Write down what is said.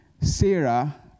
Sarah